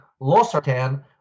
Losartan